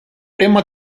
imma